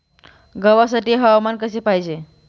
गव्हासाठी हवामान कसे पाहिजे?